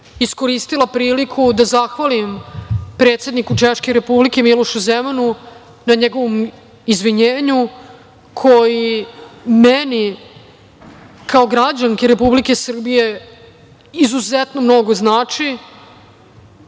iskoristila priliku da zahvalim predsedniku Češke Republike, Milošu Zemanu, na njegovom izvinjenju, koji meni kao građanki Republike Srbije izuzetno mnogo znači